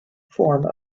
form